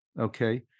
okay